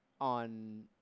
on